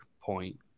point